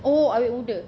oh awet muda